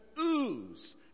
ooze